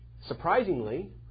surprisingly